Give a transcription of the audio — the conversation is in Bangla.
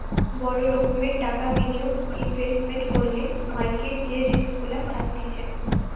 বড় রোকোমের টাকা বিনিয়োগ ইনভেস্টমেন্ট করলে মার্কেট যে রিস্ক গুলা থাকতিছে